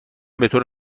بطور